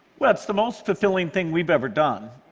well, it's the most fulfilling thing we've ever done,